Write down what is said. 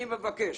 אני מבקש